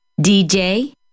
dj